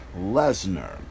Lesnar